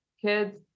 kids